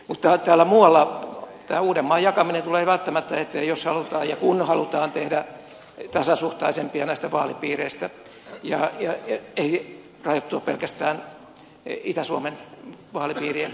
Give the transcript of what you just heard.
mutta täällä muualla uudenmaan jakaminen tulee välttämättä eteen jos halutaan ja kun halutaan tehdä näistä vaalipiireistä tasasuhtaisempia eikä rajoittua pelkästään itä suomen vaalipiirien yhdistämiseen